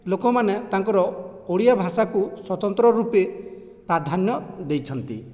ଲୋକମାନେ ତାଙ୍କର ଓଡ଼ିଆ ଭାଷାକୁ ସ୍ୱତନ୍ତ୍ର ରୂପେ ପ୍ରାଧାନ୍ୟ ଦେଇଛନ୍ତି